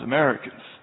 Americans